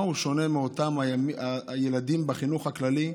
מה הוא שונה מאותם הילדים בחינוך הכללי,